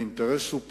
האינטרס הוא פעמיים,